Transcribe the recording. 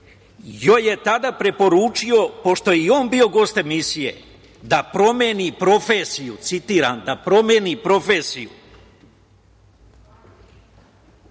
joj je tada preporučio, pošto je i on bio gost emisije, da promeni profesiju, citiram: „da promeni profesiju“.